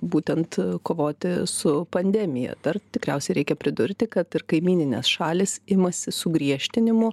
būtent kovoti su pandemija dar tikriausiai reikia pridurti kad ir kaimyninės šalys imasi sugriežtinimų